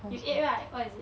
you ate right what is it